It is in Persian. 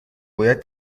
باید